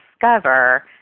discover